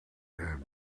have